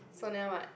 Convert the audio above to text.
Sonia what